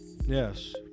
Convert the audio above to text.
Yes